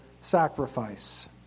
sacrifice